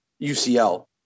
UCL